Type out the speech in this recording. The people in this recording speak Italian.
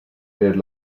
per